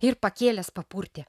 ir pakėlęs papurtė